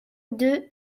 deux